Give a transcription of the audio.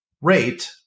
rate